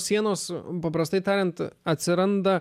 sienos paprastai tariant atsiranda